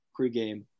pregame